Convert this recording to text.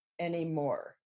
anymore